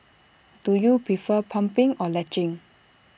do you prefer pumping or latching